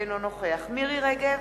אינו נוכח מירי רגב,